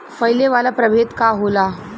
फैले वाला प्रभेद का होला?